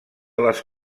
les